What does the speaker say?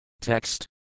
Text